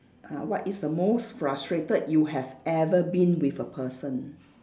ah what is the most frustrated you have ever been with a person